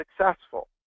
successful